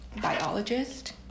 biologist